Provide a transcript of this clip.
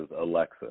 alexa